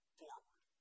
forward